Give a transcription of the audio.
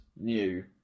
new